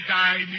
die